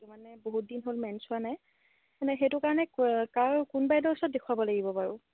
মানে বহুত দিন হ'ল মেন্স হোৱা নাই এনে সেইটো কাৰণে ক'ৰ কাৰ কোন বাইদেউৰ ওচৰত দেখুৱাব লাগিব বাৰু